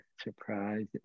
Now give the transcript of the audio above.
surprise